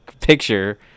picture